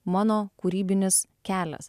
mano kūrybinis kelias